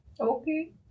Okay